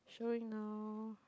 showing now